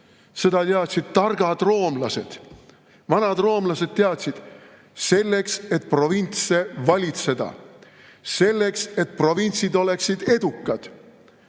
Seda teadsid targad roomlased. Vanad roomlased teadsid: selleks, et provintse valitseda, selleks, et provintsid oleksid edukad,